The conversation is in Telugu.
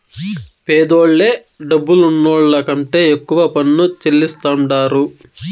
పేదోల్లే డబ్బులున్నోళ్ల కంటే ఎక్కువ పన్ను చెల్లిస్తాండారు